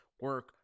Work